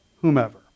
whomever